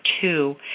two